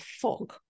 fog